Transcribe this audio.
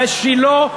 בשילה,